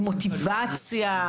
עם מוטיבציה,